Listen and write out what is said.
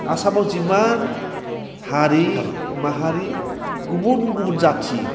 आसामाव जिमान हारि माहारि गुबुन गुबुन जाथि